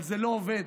אבל זה לא עובד,